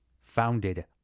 Founded